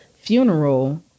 funeral